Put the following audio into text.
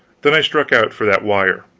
then i struck out for that wire,